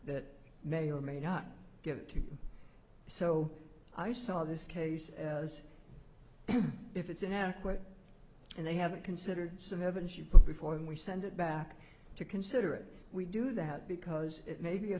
that may or may not get to you so i saw this case as if it's inadequate and they haven't considered some evidence you put before and we send it back to considering we do that because it may be a